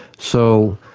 so